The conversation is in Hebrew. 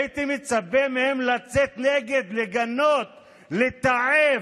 הייתי מצפה מהם לצאת נגד, לגנות, לתעב,